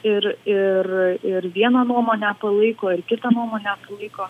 ir ir ir vieną nuomonę palaiko ir kitą nuomonę palaiko